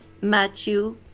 Matthew